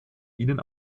ihnen